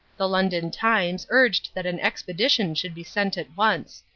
the london times urged that an expedition should be sent at once.